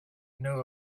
knew